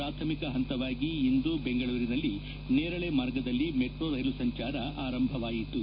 ಪ್ರಾಥಮಿಕ ಹಂತವಾಗಿ ಇಂದು ಬೆಂಗಳೂರಿನಲ್ಲಿ ನೇರಳೆ ಮಾರ್ಗದಲ್ಲಿ ಮೆಟ್ರೊ ರೈಲು ಸಂಚಾರ ಆರಂಭವಾಯಿತು